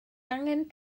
angen